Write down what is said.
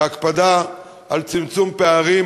בהקפדה על צמצום פערים,